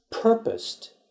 purposed